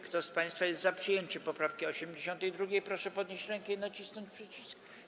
Kto z państwa jest za przyjęciem poprawki 82., proszę podnieść rękę i nacisnąć przycisk.